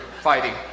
fighting